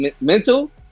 mental